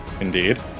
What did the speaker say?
Indeed